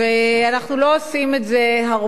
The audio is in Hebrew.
אנחנו לא עושים את זה הרבה,